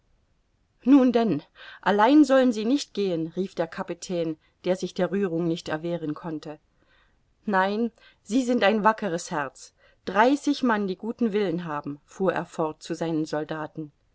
nun denn allein sollen sie nicht gehen rief der kapitän der sich der rührung nicht erwehren konnte nein sie sind ein wackeres herz dreißig mann die guten willen haben fuhr er fort zu seinen soldaten